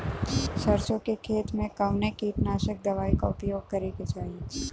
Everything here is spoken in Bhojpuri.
सरसों के खेत में कवने कीटनाशक दवाई क उपयोग करे के चाही?